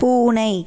பூனை